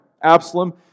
Absalom